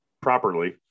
properly